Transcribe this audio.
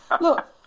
look